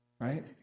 right